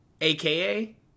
aka